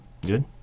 Good